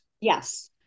yes